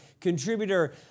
contributor